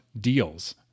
deals